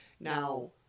Now